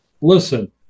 listen